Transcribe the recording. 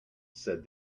said